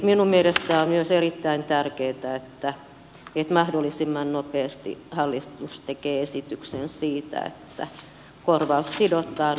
minun mielestäni on myös erittäin tärkeätä että mahdollisimman nopeasti hallitus tekee esityksen siitä että korvaus sidotaan